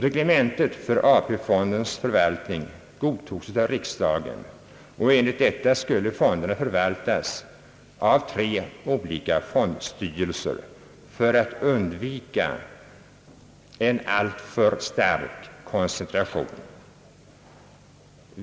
Reglementet för AP-fondens förvaltning godtogs av riksdagen, och enligt detta beslut skulle fonderna förvaltas av tre olika fondstyrelser för att undvika en alltför stark koncentration.